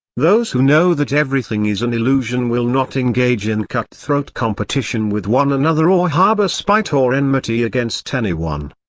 those who know that everything is an illusion will not engage in cut-throat competition with one another or harbor spite or enmity against anyone.